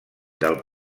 del